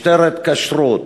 משטרת כשרות.